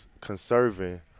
conserving